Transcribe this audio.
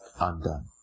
undone